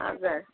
हजुर